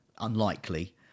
unlikely